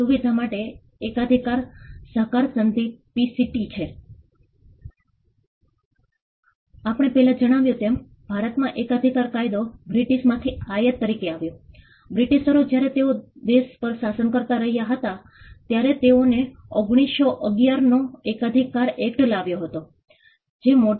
શું તમે થોડીક મદદ કરી શકો છો તે પહેલાં અમે ખરેખર અમારી યોજના તેમની પાસે ના મૂકી તે અમે ફક્ત એટલું જાણવા માગતા હતા કે આ પ્રસ્તાવ તેમની પાસેથી આવવો જોઈએ અને આપણે તેમની ચિંતાને સમજવાનો પણ પ્રયાસ કરવો જોઈએ